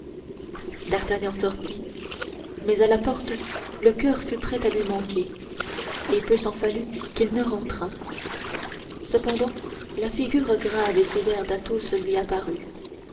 congédia d'artagnan sortit mais à la porte le coeur fut prêt à lui manquer et peu s'en fallut qu'il ne rentrât cependant la figure grave et sévère d'athos lui apparut